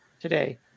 today